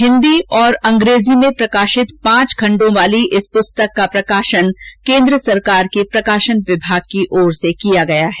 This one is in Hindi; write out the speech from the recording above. हिन्दी और अंग्रेजी में प्रकाशित पांच खंडों वाली इस पुस्तक का प्रकाशन केन्द्र सरकार के प्रकाशन विभाग ने किया है